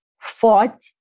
fought